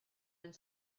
and